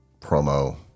promo